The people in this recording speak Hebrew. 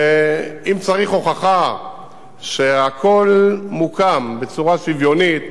ואם צריך הוכחה שהכול מוקם בצורה שוויונית,